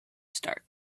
start